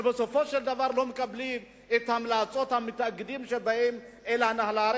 שבסופו של דבר לא מקבלים את המלצות המתאגדים שבאים אל ההנהלה.